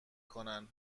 کنن